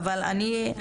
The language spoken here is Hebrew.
המנכ"ל.